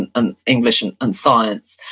and and english, and and science.